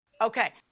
Okay